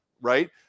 right